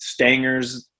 Stangers